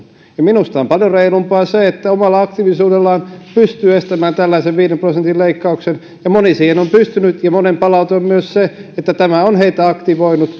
minusta on paljon reilumpaa se että omalla aktiivisuudellaan pystyy estämään tällaisen viiden prosentin leikkauksen ja moni siihen on pystynyt ja monen palaute on myös se että tämä on heitä aktivoinut